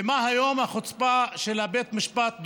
ומה היום החוצפה של בית המשפט?